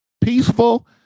peaceful